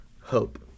hope